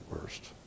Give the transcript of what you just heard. worst